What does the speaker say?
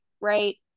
right